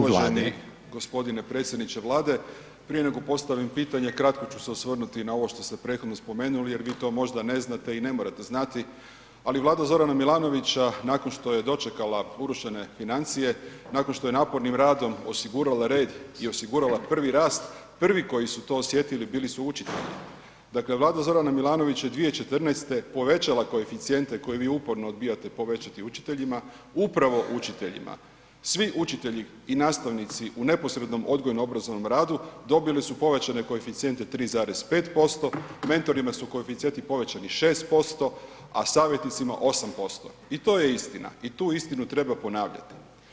Hvala potpredsjedniče, uvaženi g. predsjedniče Vlade, prije nego postavim pitanje kratko ću se osvrnuti na ovo što ste prethodno spomenuli jer vi to možda ne znate i ne morate znati, ali Vlada Zorana Milanovića nakon što je dočekala urušene financije, nakon što je napornim radom osigurala red i osigurala prvi rast, prvi koji su to osjetili bili su učitelji, dakle Vlada Zorana Milanovića je 2014. povećala koeficijente koje vi uporno odbijate povećati učiteljima, upravo učiteljima, svi učitelji i nastavnici u neposrednom odgojno obrazovnom radu dobili su povećane koeficijente 3,5%, mentorima su koeficijenti povećani 6%, a savjetnicima 8% i to je istina i tu istinu treba ponavljati.